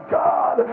god